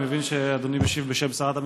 אני מבין שאדוני משיב בשם שרת המשפטים,